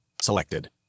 Selected